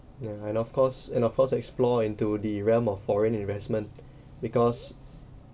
ya and of course and of course explore into the realm of foreign investment because